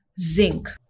zinc